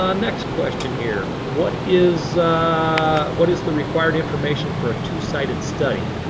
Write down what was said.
um next question here. what is what is the required information for a two sided study?